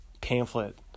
pamphlet